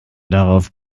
darauf